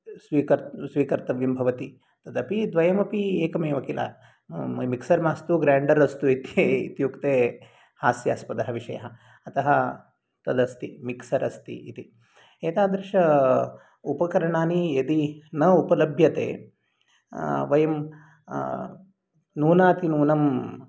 स्वीकर्तव्यं भवति तदपि द्वयमपि एकमेव किल मिक्सर् मास्तु ग्रेण्डर् अस्तु इति इत्युक्ते हास्यास्पदः विषयः अतः तदस्ति मिक्सर् अस्ति इति एतादृश उपकरणानि यदि न उपलभ्यते वयं नूनातिनूनं